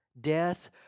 death